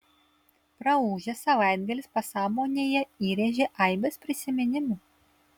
praūžęs savaitgalis pasąmonėje įrėžė aibes prisiminimų